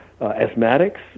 asthmatics